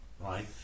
right